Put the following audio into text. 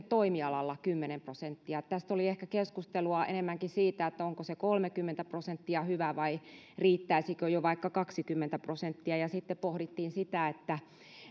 toimialalla liikevaihdon pitää olla alentunut kymmenen prosenttia tässä oli ehkä keskustelua enemmänkin siitä onko se kolmekymmentä prosenttia hyvä vai riittäisikö jo vaikka kaksikymmentä prosenttia ja sitten pohdittiin sitä että